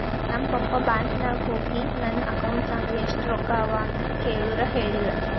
ನಮ್ ಪಪ್ಪಾ ಬ್ಯಾಂಕ್ ನಾಗ್ ಹೋಗಿ ನನ್ ಅಕೌಂಟ್ ನಾಗ್ ಎಷ್ಟ ರೊಕ್ಕಾ ಅವಾ ಅಂತ್ ಕೇಳುರ್ ಹೇಳಿಲ್ಲ